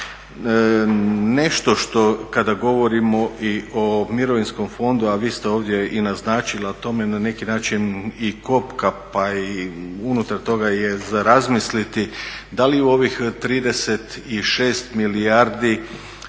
Nešto što, kada govorimo i o mirovinskom fondu, a vi ste ovdje i naznačili, a to me na neki način i kopka pa i unutar toga je za razmisliti da li u ovih 36 milijardi